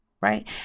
right